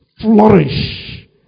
flourish